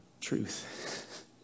truth